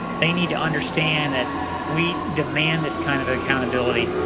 they need to understand that we demand this kind of accountability,